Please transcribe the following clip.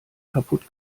kaputt